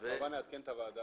אנחנו כמובן נעדכן את הוועדה.